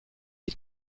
est